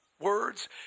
words